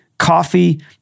coffee